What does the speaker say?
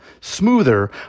smoother